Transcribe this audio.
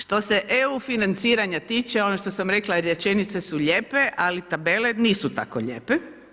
Što se EU financiranja tiče ono što sam rekla, rečenice su lijepe, ali tabele nisu tako lijepe.